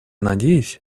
надеюсь